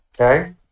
Okay